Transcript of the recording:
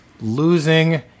losing